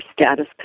status